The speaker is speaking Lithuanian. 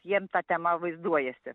jiem ta tema vaizduojasi